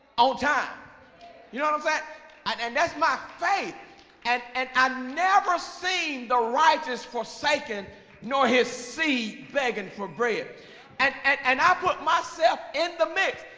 on time you don't know that and and that's my faith and and i never seen the righteous forsaken nor his seed begging for bread and and and i put myself in the mix.